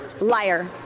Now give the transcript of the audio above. liar